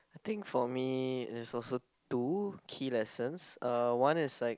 I think for me is also two key lessons uh one is like